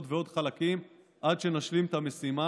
עוד ועוד חלקים עד שנשלים את המשימה.